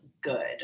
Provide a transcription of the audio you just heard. good